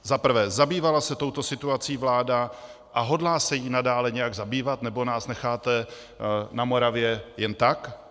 Za prvé, zabývala se touto situací vláda a hodlá se jí nadále nějak zabývat, nebo nás necháte na Moravě jen tak?